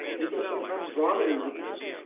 even sometimes vomiting with this.